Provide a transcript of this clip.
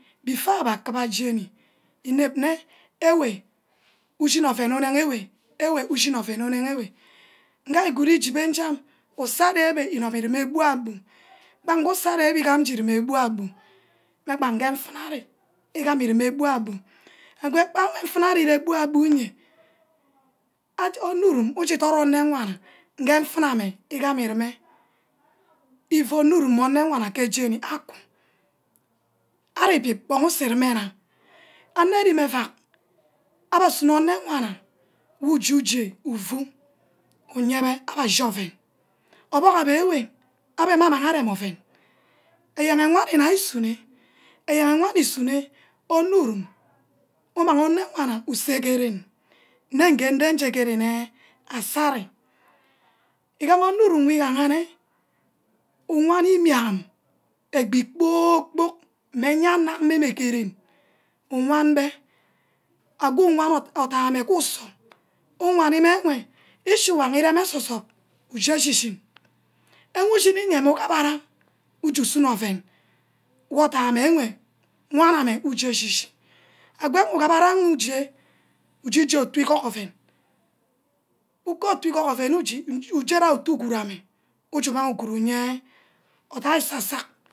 . before abba kibba jeni inep nne ewe ushinne ouen unehe ewe ewe ushinne ouen unehe ewe nga arigood ugine achan usor ari unumerume bua boo banghe usori ari gan ije urume bua boo mme bah nge nfana ajut iriaba bua buo ire ornor ushi dot omewana nge nfuna mme ogama urume if ornurum mme anewana ke jeni aku arivi kpock uzor irimme na anerim euack abesuno enewana who jije ufu uyeme abe achi ouen obuck abe ewe abe mme amang arem ouen eyene wani nna isune eyene wani isunne ornurum umag anorwana usegerene nne nnegendre ke ren azari igaha ornurum igahane uwani imia egby kpor kpork mme ayanam ke ren uwanbeh ago uwa uthai ame gor ke uzor uwani meh uwen ichi uwang ireme meh keh sesom ujeshishi ushinime ugurame ujesuno ouen wor uthai meh ewe wannama uje echashe agi war ugurama ije uje je otu igork oven ugot ugork ouen uje uje otu uguru ameh uguru uge athack fack fack